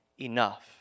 enough